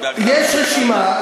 יש רשימה.